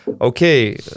okay